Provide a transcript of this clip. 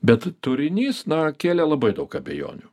bet turinys na kėlė labai daug abejonių